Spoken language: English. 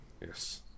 Yes